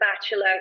Bachelor